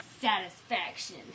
satisfaction